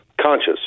conscious